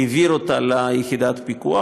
העביר אותה ליחידת הפיקוח.